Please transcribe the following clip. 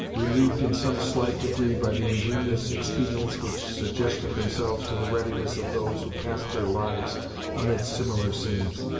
relieved in some slight degree by the ingenious expedients which suggested themselves to the readiness of those who passed their lives amid similar scenes.